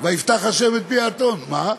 ויפתח ה' את פי האתון, מה?